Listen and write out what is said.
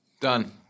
Done